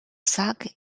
sac